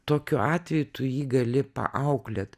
tokiu atveju tu jį gali paauklėt